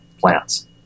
plants